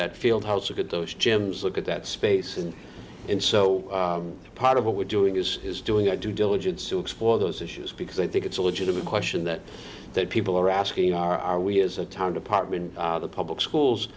that field house look at those gyms look at that space and and so part of what we're doing is is doing our due diligence to explore those issues because i think it's a legitimate question that that people are asking are we as a town department or the public schools